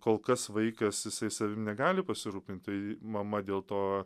kol kas vaikas jisai savim negali pasirūpint tai mama dėl to